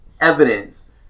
Evidence